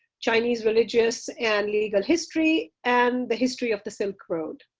chinese religious and legal history and the history of the silk road.